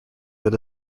that